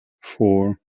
four